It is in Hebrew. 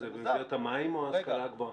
זה מוזר --- זה במסגרת המים או ההשכלה הגבוהה?